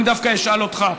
אני דווקא אשאל אותך: